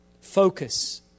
Focus